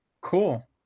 Cool